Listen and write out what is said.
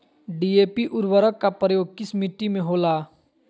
DAP उर्वरक का प्रयोग किस मिट्टी में होला?